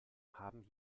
haben